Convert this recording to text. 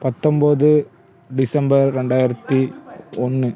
பத்தொம்பது டிசம்பர் ரெண்டாயிரத்தி ஒன்று